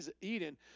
Eden